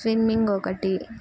swimming ఒకటి